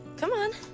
come on.